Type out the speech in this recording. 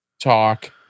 Talk